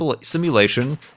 simulation